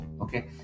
Okay